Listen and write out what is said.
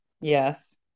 Yes